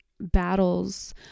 battles